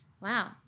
Wow